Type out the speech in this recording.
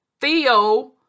Theo